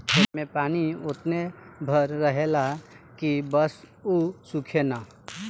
ऐमे पानी ओतने भर रहेला की बस उ सूखे ना